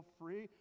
free